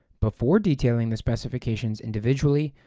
before detailing the specifications individually,